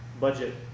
budget